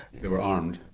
they were armed?